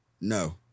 No